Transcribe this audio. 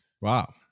Wow